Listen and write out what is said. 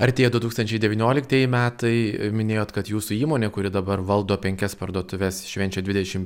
artėja du tūkstančiai devynioliktieji metai minėjot kad jūsų įmonė kuri dabar valdo penkias parduotuves švenčia dvidešim